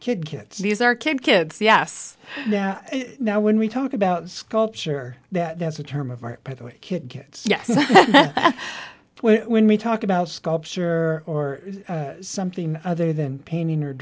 kids these are kid kids yes now when we talk about sculpture that there's a term of art by the way kid gets when we talk about sculpture or something other than painting or